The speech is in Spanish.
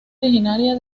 originaria